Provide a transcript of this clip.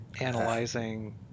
analyzing